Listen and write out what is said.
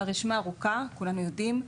הרשימה ארוכה, כולנו יודעים.